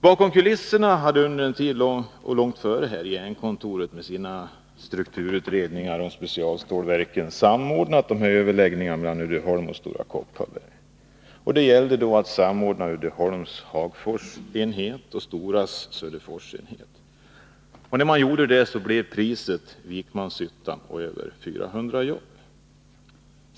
Bakom kulisserna hade under lång tid Jernkontoret, med sina strukturut redningar om specialstålverken, samordnat överläggningarna mellan Uddeholm och Stora Kopparberg. Det gällde att samordna Uddeholms Hagforsenhet och Storas Söderforsenhet. Priset för detta var Vikmanshyttan och över 400 jobb.